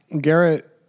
Garrett